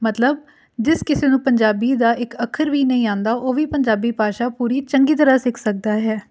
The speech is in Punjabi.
ਮਤਲਬ ਜਿਸ ਕਿਸੇ ਨੂੰ ਪੰਜਾਬੀ ਦਾ ਇੱਕ ਅੱਖਰ ਵੀ ਨਹੀਂ ਆਉਂਦਾ ਉਹ ਵੀ ਪੰਜਾਬੀ ਭਾਸ਼ਾ ਪੂਰੀ ਚੰਗੀ ਤਰ੍ਹਾਂ ਸਿੱਖ ਸਕਦਾ ਹੈ